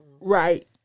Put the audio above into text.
Right